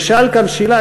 ששאל כאן שאלה,